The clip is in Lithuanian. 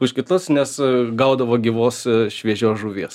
už kitus nes gaudavo gyvos šviežios žuvies